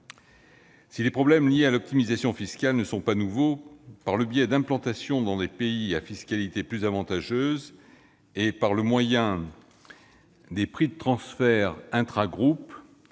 Si les problèmes liés à l'optimisation fiscale par le biais d'implantations dans des pays à fiscalité plus avantageuse et par le moyen des prix de transfert intragroupe